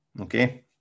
Okay